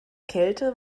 kälte